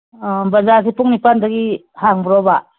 ꯕꯖꯥꯔꯁꯤ ꯄꯨꯡ ꯅꯤꯄꯥꯟꯗꯒꯤ ꯍꯥꯡꯕ꯭ꯔꯣꯕ